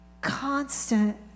constant